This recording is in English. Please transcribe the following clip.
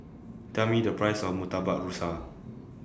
Tell Me The Price of Murtabak Rusa